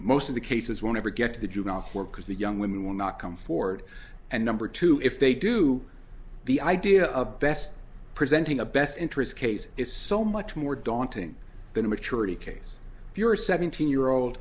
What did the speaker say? most of the cases one ever get to the juvenile whore because the young women will not come forward and number two if they do the idea of best presenting a best interest case is so much more daunting than immaturity case if you're a seventeen year old